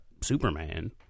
Superman